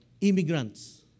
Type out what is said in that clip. Immigrants